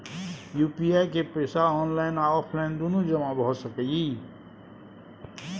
UPI के पैसा online आ ऑफलाइन दुनू जमा भ सकै इ?